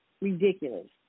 ridiculous